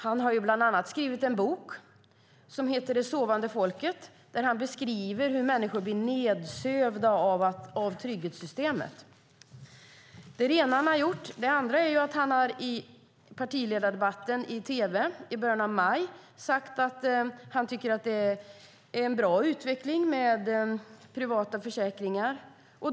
Han har bland annat skrivit en bok som heter Det sovande folket där han beskriver hur människor blir nedsövda av trygghetssystemet. Det är det ena han har gjort. Det andra är att han i partiledardebatten i tv i början av maj har sagt att han tycker att det är en bra utveckling med privata försäkringar.